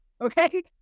Okay